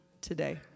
today